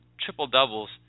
triple-doubles